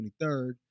23rd